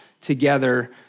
together